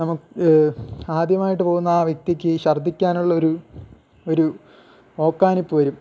നമുക്ക് ആദ്യമായിട്ട് പോകുന്ന ആ വ്യക്തിക്ക് ശർദിക്കാനുള്ളൊരു ഒരു ഓക്കാനിപ്പ് വരും